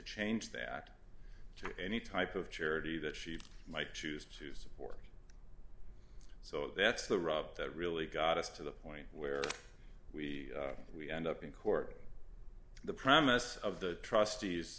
change that to any type of charity that she might choose to support so that's the rub that really got us to the point where we we end up in court the promise of the trustees